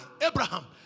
Abraham